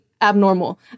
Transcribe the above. abnormal